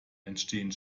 entstehen